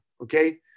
okay